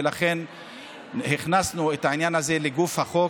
ולכן הכנסנו את העניין הזה לגוף החוק.